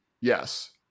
yes